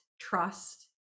trust